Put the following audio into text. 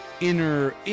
inner